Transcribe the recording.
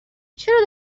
چرا